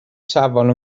safon